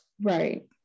Right